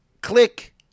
click